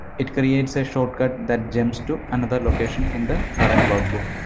it creates a shortcut that jumps to another location in the current workbook.